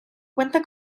cuenta